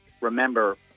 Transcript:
remember